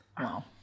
wow